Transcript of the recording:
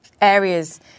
areas